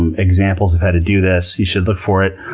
and examples of how to do this. you should look for it.